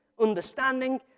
understanding